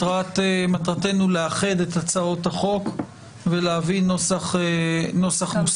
מטרתנו היא לאחד את הצעות החוק ולהביא נוסח מוסכם.